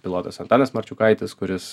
pilotas antanas marčiukaitis kuris